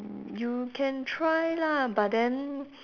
mm you can try lah but then